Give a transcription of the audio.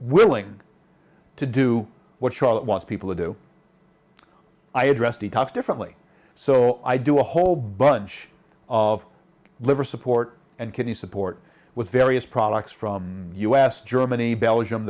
willing to do what charlotte wants people to do i address the top differently so i do a whole bunch of liver support and kidney support with various products from u s germany belgium